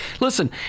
Listen